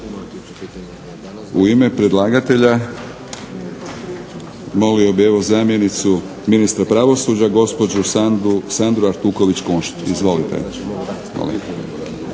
U ime predlagatelja molio bih evo zamjenicu Ministra pravosuđa gospođu Sandru Artuković Kunšt. Izvolite.